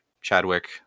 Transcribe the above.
Chadwick